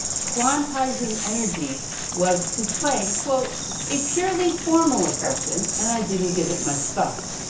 quantizing energy was, to planck, a purely formal assumption and i didn't give it much thought.